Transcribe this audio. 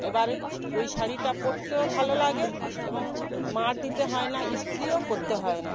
এবার ওই শাড়িটা পরতেও ভালো লাগে এবং মাড় দিতে হয় না ইস্ত্রিও করতে হয় না